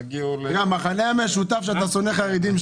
תגיעו --- המכנה המשותף הוא שאתה שונא חרדים,